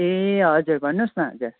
ए हजुर भन्नुहोस् न हजुर